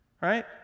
right